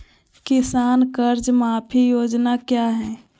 किसान कर्ज माफी योजना क्या है?